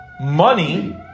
money